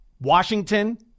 Washington